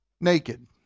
naked